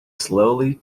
slowly